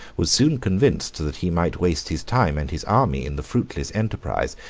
was soon convinced that he might waste his time and his army in the fruitless enterprise,